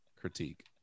critique